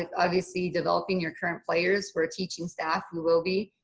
and obviously, developing your current players. we're a teaching staff, we will be.